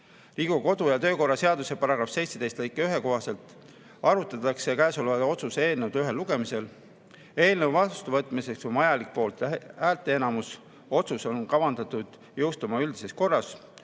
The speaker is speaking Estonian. Riigikogu kodu‑ ja töökorra seaduse § 117 lõike 1 kohaselt arutatakse käesoleva otsuse eelnõu ühel lugemisel. Eelnõu vastuvõtmiseks on vajalik poolthäälte enamus. Otsus on kavandatud jõustuma üldises korras.